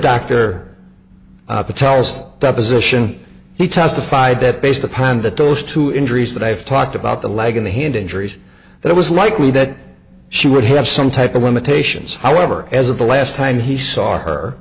deposition he testified that based upon that those two injuries that i have talked about the leg of the hand injuries that it was likely that she would have some type of limitations however as of the last time he saw her